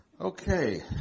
Okay